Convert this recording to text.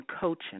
coaching